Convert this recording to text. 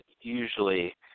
usually